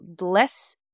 less